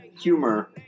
humor